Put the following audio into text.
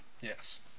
Yes